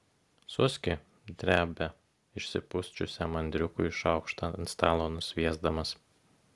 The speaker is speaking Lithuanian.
suski drebia išsipusčiusiam andriukui šaukštą ant stalo nusviesdamas